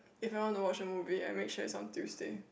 if I want to watch a movie I make sure it's on Tuesday